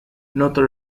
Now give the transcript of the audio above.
notre